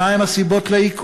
1. מה הן הסיבות לעיכוב?